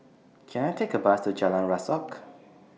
Can I Take A Bus to Jalan Rasok